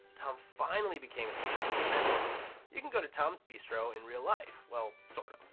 tom finally became a successful business man. you can go to tom's bistro in real life. well, sort of.